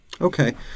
Okay